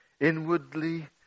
inwardly